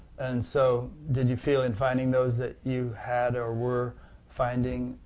and so did you feel in finding those that you had or were finding,